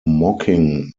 mocking